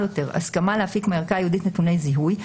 יותר הסכמה להפיק מהערכה הייעודית נתוני זיהוי,